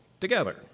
together